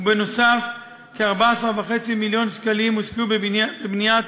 ונוסף על כך כ-14.5 מיליון שקלים הושקעו בבניית